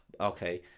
Okay